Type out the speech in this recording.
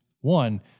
one